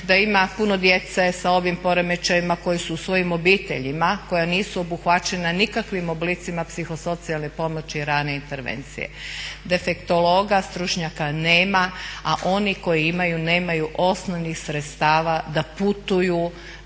da ima puno djece sa ovim poremećajima koji su u svojim obiteljima, koja nisu obuhvaćena nikakvim oblicima psihosocijalne pomoći i rane intervencije. Defektologa stručnjaka nema, a oni koji imaju nemaju osnovnih sredstava da putuju